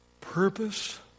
purpose